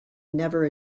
never